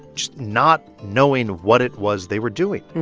just not knowing what it was they were doing.